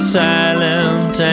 silent